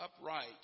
upright